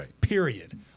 Period